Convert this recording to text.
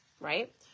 right